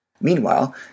Meanwhile